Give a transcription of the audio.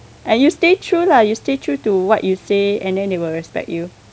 ah you stay true lah you stay true to what you say and then they will respect you